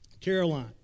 Caroline